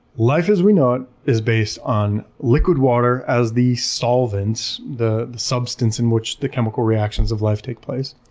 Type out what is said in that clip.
life as we know it is based on liquid water as the solvent, the the substance in which the chemical reactions of life take place,